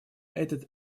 этот